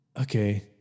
okay